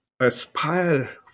aspire